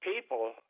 people